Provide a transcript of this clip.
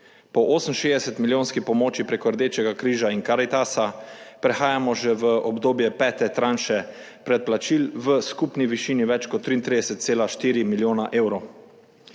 Po 68 milijonski pomoči preko Rdečega križa in Karitasa, prehajamo že v obdobje pete tranše predplačil v skupni višini več kot 33,4 milijona evrov.